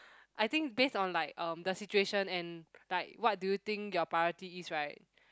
I think based on like um the situation and like what do you think your priority is right